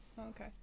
Okay